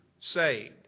saved